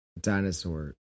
dinosaur